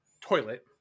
toilet